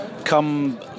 come